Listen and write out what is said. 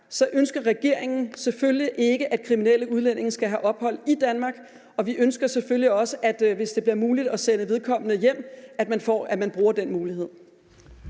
ønsker regeringen selvfølgelig ikke, at kriminelle udlændinge skal have ophold i Danmark, og vi ønsker selvfølgelig også, at man, hvis det bliver muligt at sende vedkommende hjem, gør det. Kl.